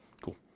Cool